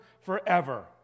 forever